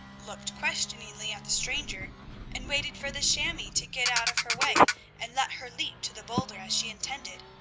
looked questioningly at the stranger and waited for the chamois to get out of her way and let her leap to the boulder, as she intended.